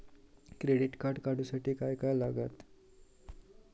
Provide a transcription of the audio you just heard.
Credit card काढूसाठी काय काय लागत?